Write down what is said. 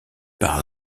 par